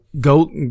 Go